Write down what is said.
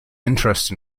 interest